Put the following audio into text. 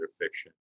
fiction